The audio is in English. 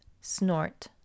snort